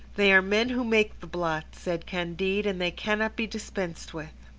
they are men who make the blots, said candide, and they cannot be dispensed with.